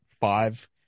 five